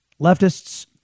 Leftists